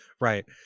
Right